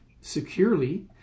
securely